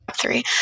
Three